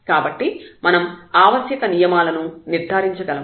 కాబట్టి మనం ఆవశ్యక నియమాలను నిర్ధారించగలము